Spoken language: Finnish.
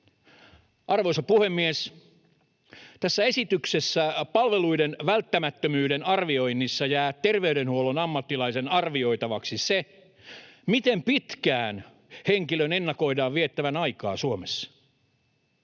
Arvoisa puhemies! Tässä esityksessä palveluiden välttämättömyyden arvioinnissa jää terveydenhuollon ammattilaisen arvioitavaksi se, miten pitkään henkilön ennakoidaan viettävän aikaa Suomessa.